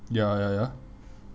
ya ya ya